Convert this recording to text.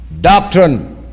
doctrine